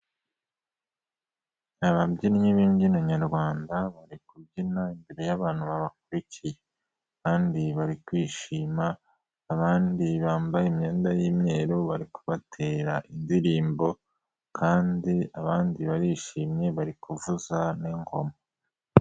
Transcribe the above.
Ababyinnyi b'imbyino nyarwanda, bari kubyina imbere y'abantu babakurikiye, kandi bari kwishima, abandi bambaye imyenda y'imyeru bari kubaterera indirimbo, kandi abandi barishimye bari kuvuza n'ingoma.